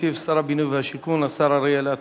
ישיב שר הבינוי והשיכון, השר אריאל אטיאס.